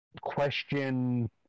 question